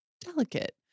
delicate